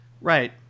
Right